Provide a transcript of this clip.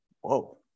whoa